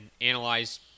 analyze